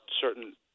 certain